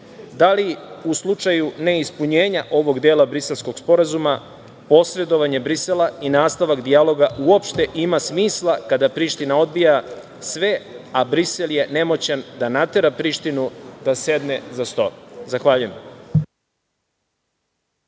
Da li u slučaju neispunjenja ovog dela Briselskog sporazuma posredovanje Brisela i nastavak dijaloga uopšte ima smisla kada Priština odbija sve, a Brisel je nemoćan da natera Prištinu da sede za sto? Zahvaljujem.